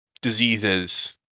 diseases